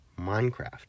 Minecraft